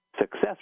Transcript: success